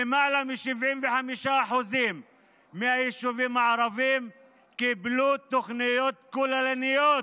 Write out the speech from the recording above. למעלה מ-75% מהיישובים הערביים קיבלו תוכניות כוללניות